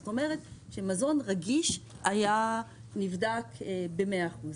זאת אומרת שמזון רגיש היה נבדק ב-100%.